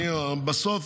בסוף,